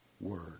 Word